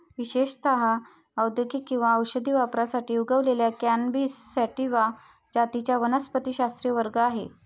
विशेषत औद्योगिक किंवा औषधी वापरासाठी उगवलेल्या कॅनॅबिस सॅटिवा जातींचा वनस्पतिशास्त्रीय वर्ग आहे